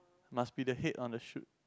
must be the head on the chute